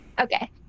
Okay